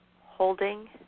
holding